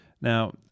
Now